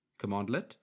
commandlet